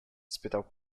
spytał